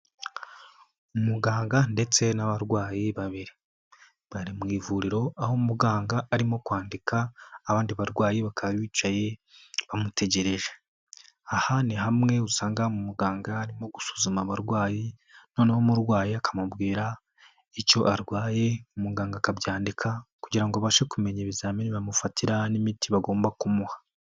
Umuganga ndetse n'abarwayi babiri. Bari mu ivuriro, aho muganga arimo kwandika, abandi barwayi bakaba bicaye bamutegereje. Aha ni hamwe usanga muganga arimo gusuzuma abarwayi noneho umurwaye akamubwira icyo arwaye, umuganga akabyandika kugira abashe kumenya ibizamini bamufatira n'imiti bagomba kumuha.